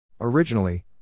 Originally